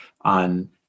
on